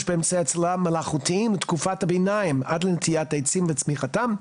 באמצעי הצללה מלאכותיים לתקופת הביניים עד לנטיעת העצים וצמיחתם,